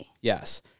Yes